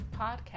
Podcast